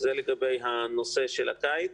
זה לגבי הנושא של הקיץ.